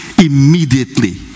Immediately